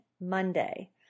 Monday